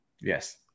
Yes